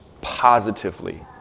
positively